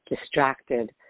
distracted